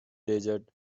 desert